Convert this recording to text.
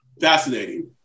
fascinating